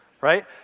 right